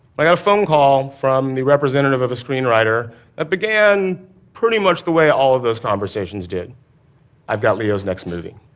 i got a phone call from the representative of a screenwriter that began pretty much the way all of those conversations did i've got leo's next movie.